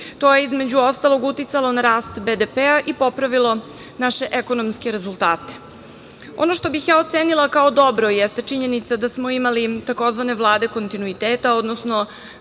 To je, između ostalog, uticalo na rast BDP-a i popravilo naše ekonomske rezultate. Ono što bih ja ocenila kao dobro jeste činjenica da smo imali tzv. vlade kontinuiteta, odnosno